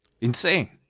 insane